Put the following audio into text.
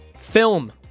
film